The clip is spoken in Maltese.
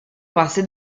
passi